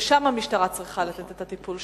ושם המשטרה צריכה לתת את הטיפול,